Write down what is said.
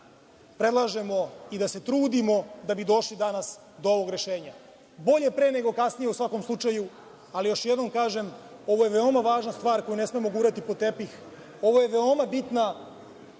predlažemo i da se trudimo da bi došli danas do ovog rešenja. Bolje pre, nego kasnije, u svakom slučaju, ali još jednom kažem, ovo je veoma važna stvar koju ne smemo gurati pod tepih, ovo je veoma bitna